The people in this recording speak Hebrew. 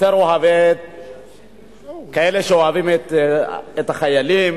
כאלה שאוהבים את החיילים,